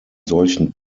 solchen